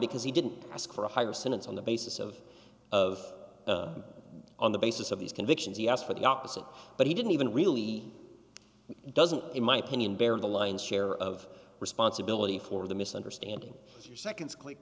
because he didn't ask for a higher sentence on the basis of of on the basis of these convictions he asked for the opposite but he didn't even really doesn't in my opinion bear the lion's share of responsibility for the misunderstanding your seconds quick